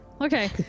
Okay